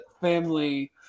family